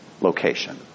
location